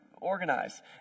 organize